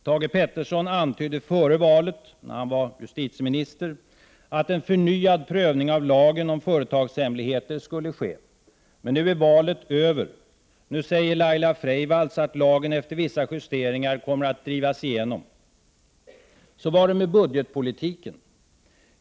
Thage G Peterson antydde före valet — då han var justitiemininster — att en förnyad prövning av lagen om företagshemligheter skulle ske. Men nu är valet över. Nu säger Laila Freivalds att lagen efter vissa justeringar kommer att drivas igenom. Så var det med budgetpolitiken.